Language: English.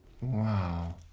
Wow